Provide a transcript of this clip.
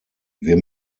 wir